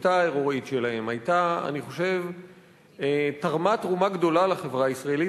השביתה ההירואית שלהם תרמה תרומה גדולה לחברה הישראלית,